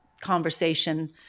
conversation